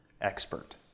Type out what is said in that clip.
expert